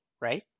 right